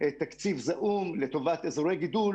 תקציב זעום לטובת אזורי גידול